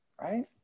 Right